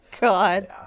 God